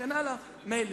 מילא.